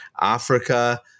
Africa